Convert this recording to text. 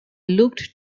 looked